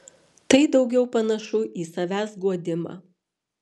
tai daugiau panašu į savęs guodimą